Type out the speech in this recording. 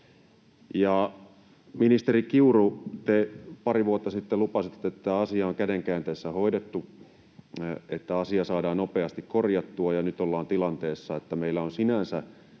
ministeri Kiuru, te pari vuotta sitten lupasitte, että asia on käden käänteessä hoidettu, että asia saadaan nopeasti korjattua, ja nyt ollaan tilanteessa, että meillä on sinänsä